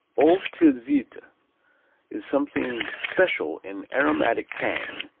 old tilsiter is something special in aromatic tang,